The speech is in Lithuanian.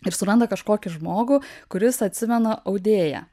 ir suranda kažkokį žmogų kuris atsimena audėją